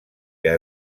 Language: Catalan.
que